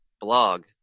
blog